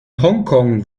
hongkong